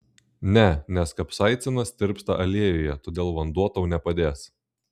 ne nes kapsaicinas tirpsta aliejuje todėl vanduo tau nepadės